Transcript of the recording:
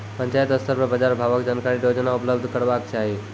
पंचायत स्तर पर बाजार भावक जानकारी रोजाना उपलब्ध करैवाक चाही?